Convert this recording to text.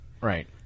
Right